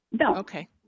Okay